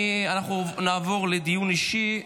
נעבור לדיון אישי.